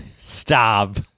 Stop